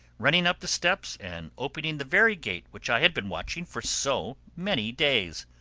running up the steps and opening the very gate which i had been watching for so many days!